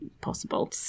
possible